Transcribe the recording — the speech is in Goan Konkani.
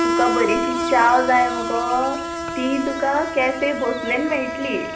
तुका बरीशी च्याव जाय मुगो ती तुका कॅफे भोसलेन मेळट्ली